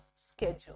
schedule